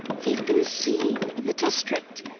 they've been seen. in the district.